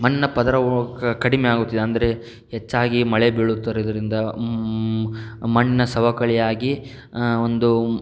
ಮಣ್ಣಿನ ಪದರವು ಕಡಿಮೆಯಾಗುತ್ತಿದೆ ಅಂದರೆ ಹೆಚ್ಚಾಗಿ ಮಳೆ ಬೀಳುತರಿದರಿಂದ ಮಣ್ಣಿನ ಸವಕಳಿಯಾಗಿ ಒಂದು